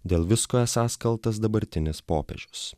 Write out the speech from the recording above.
dėl visko esąs kaltas dabartinis popiežius